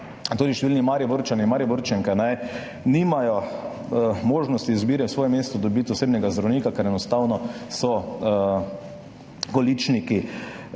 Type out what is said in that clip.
tudi številni Mariborčani, Mariborčanke nimajo možnosti izbire, v svojem mestu dobiti osebnega zdravnika, ker so enostavno količniki